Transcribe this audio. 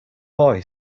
boy